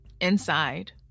inside